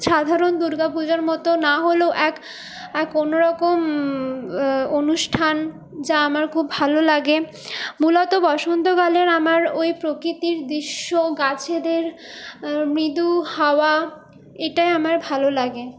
সাধারণ দুর্গা পূজার মতো না হলেও এক এক অন্যরকম অনুষ্ঠান যা আমার খুব ভালো লাগে মূলত বসন্তকালের আমার ওই প্রকৃতির দৃশ্য গাছেদের মৃদু হাওয়া এটাই আমার ভালো লাগে